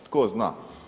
Tko zna?